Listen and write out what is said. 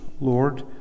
Lord